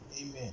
Amen